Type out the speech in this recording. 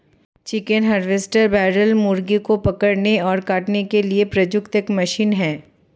chicken harvester broiler मुर्गों को पकड़ने और काटने के लिए प्रयुक्त एक मशीन है